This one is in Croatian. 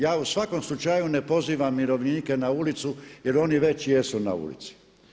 Ja u svakom slučaju ne pozivam umirovljenike na ulicu jer oni već jesu na ulici.